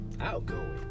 Outgoing